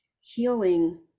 healing